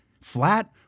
flat